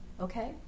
Okay